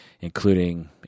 including